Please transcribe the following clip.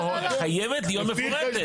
חייבת להיות מפורטת.